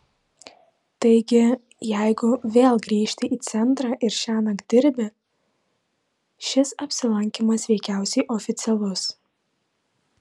taigi jeigu vėl grįžti į centrą ir šiąnakt dirbi šis apsilankymas veikiausiai oficialus